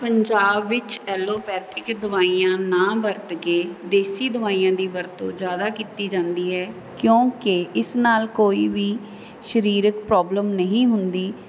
ਪੰਜਾਬ ਵਿੱਚ ਐਲੋਪੈਥਿਕ ਦਵਾਈਆਂ ਨਾ ਵਰਤ ਕੇ ਦੇਸੀ ਦਵਾਈਆਂ ਦੀ ਵਰਤੋਂ ਜ਼ਿਆਦਾ ਕੀਤੀ ਜਾਂਦੀ ਹੈ ਕਿਉਂਕਿ ਇਸ ਨਾਲ ਕੋਈ ਵੀ ਸਰੀਰਕ ਪ੍ਰੋਬਲਮ ਨਹੀਂ ਹੁੰਦੀ